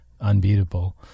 unbeatable